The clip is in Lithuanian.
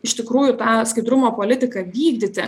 iš tikrųjų tą skaidrumo politiką vykdyti